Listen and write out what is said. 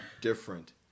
different